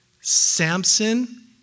Samson